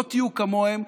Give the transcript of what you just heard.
לא תהיו כמוהם.